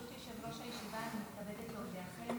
ברשות יושב-ראש הישיבה, אני מתכבדת להודיעכם